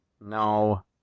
no